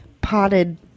potted